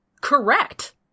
correct